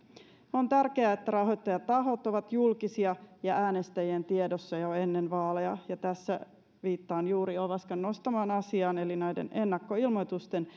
on tärkeää että rahoittajatahot ovat julkisia ja äänestäjien tiedossa jo ennen vaaleja ja tässä viittaan juuri ovaskan nostamaan asiaan eli näiden ennakkoilmoitusten